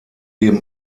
dem